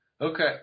Okay